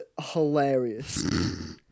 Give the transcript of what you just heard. hilarious